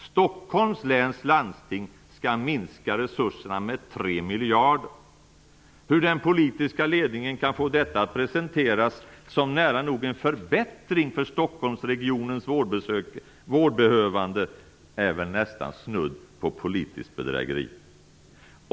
Stockholms läns landsting skall minska resurserna med tre miljarder kronor. Att den politiska ledningen kan få detta att presenteras som nära nog en förbättring för Stockholmsregionens vårdbehövande är väl snudd på politiskt bedrägeri.